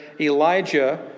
Elijah